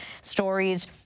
stories